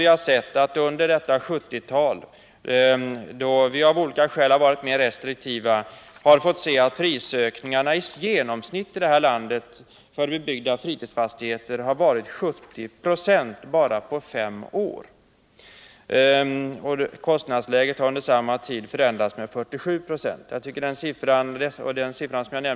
Under 1970-talet, då vi av olika skäl har varit mer restriktiva, har den genomsnittliga prishöjningen på fritidsfastigheter i landet varit 70 96 och det på bara fem år. Kostnadsläget har under samma tid förändrats med 47 920.